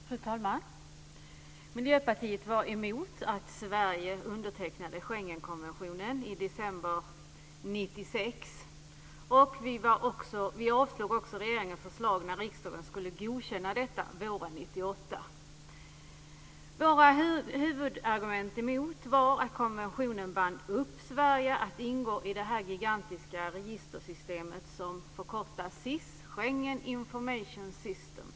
Fru talman! Miljöpartiet var emot att Sverige undertecknade Schengenkonventionen i december 1996. Vi avslog också regeringens förslag när riksdagen skulle godkänna detta våren 1998. Våra huvudargument emot var att konventionen band upp Sverige att ingå i det gigantiska registersystem som förkortas SIS, Schengen Information System.